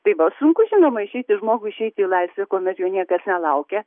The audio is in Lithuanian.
tai va sunku žinoma išeiti žmogui išeiti į laisvę kuomet jo niekas nelaukia